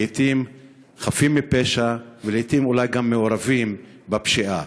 לעתים חפים מפשע ולעתים אפילו מעורבים בפשיעה.